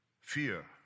fear